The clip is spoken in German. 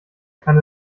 kann